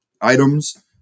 items